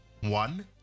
one